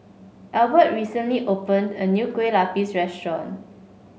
Albert recently opened a new Kueh Lapis restaurant